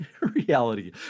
reality